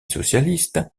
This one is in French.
socialiste